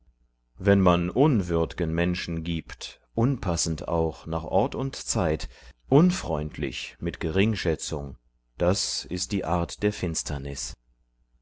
wenn man unwürd'gen menschen gibt unpassend auch nach ort und zeit unfreundlich mit geringschätzung das ist die art der finsternis